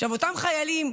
עכשיו אותם חיילים,